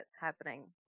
happening